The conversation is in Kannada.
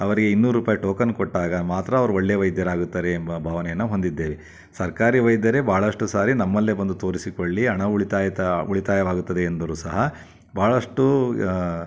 ಅವರಿಗೆ ಇನ್ನೂರು ರೂಪಾಯಿ ಟೋಕನ್ ಕೊಟ್ಟಾಗ ಮಾತ್ರ ಅವ್ರು ಒಳ್ಳೆಯ ವೈದ್ಯರಾಗುತ್ತಾರೆ ಎಂಬ ಭಾವನೆಯನ್ನು ಹೊಂದಿದ್ದೇವೆ ಸರ್ಕಾರಿ ವೈದ್ಯರೇ ಭಾಳಷ್ಟು ಸಾರಿ ನಮ್ಮಲ್ಲೇ ಬಂದು ತೋರಿಸಿಕೊಳ್ಳಿ ಹಣ ಉಳಿತಾಯ ಉಳಿತಾಯವಾಗುತ್ತದೆ ಎಂದರೂ ಸಹ ಭಾಳಷ್ಟು